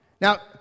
Now